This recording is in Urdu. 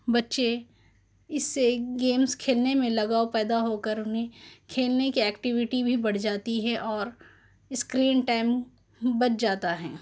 بچے اس سے گیمس کھیلنے میں لگاؤ پیدا ہو کر انہیں کھیلنے کی ایکٹیویٹی بھی بڑھ جاتی ہے اور اسکرین ٹائم بچ جاتا ہے